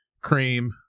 cream